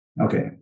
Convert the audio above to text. Okay